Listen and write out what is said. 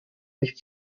nicht